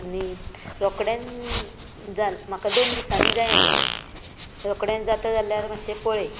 आनी रोखडेंच जाल म्हाका दोन दिसांनी जाय आशिल्लें रोखडेंच जाता जाल्यार मातशें पळय